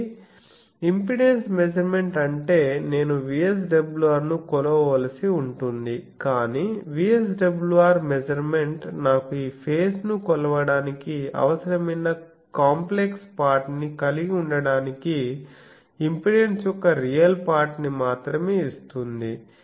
కాబట్టి impedance measurement అంటే నేను VSWR ను కొలవవలసి ఉంటుంది కాని VSWR మెజర్మెంట్ నాకు ఈ ఫేజ్ ను కొలవడానికి అవసరమైన కాంప్లెక్స్ పార్ట్ ని కలిగి ఉండటానికి ఇంపెడెన్స్ యొక్క రియల్ పార్ట్ ని మాత్రమే ఇస్తుంది